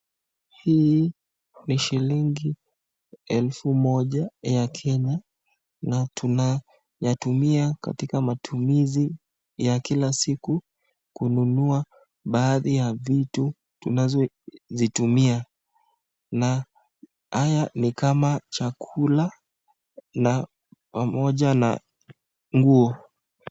Hii ni shilingi elfu moja ya kenya na tunayatumia katika matumizi ya kila siku ,kununua baadhi ya vitu tunazo zitumia na haya ni kama chakula pamoja nguo.